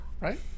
Right